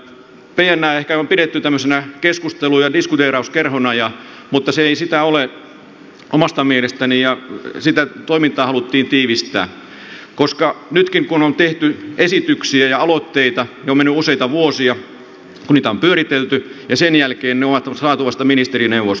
pnää ehkä on pidetty tämmöisenä keskustelu ja diskuteerauskerhona mutta se ei sitä ole omasta mielestäni ja sitä toimintaa haluttiin tiivistää koska nytkin kun on tehty esityksiä ja aloitteita on mennyt useita vuosia kun niitä on pyöritelty ja sen jälkeen ne on saatu vasta ministerineuvostoon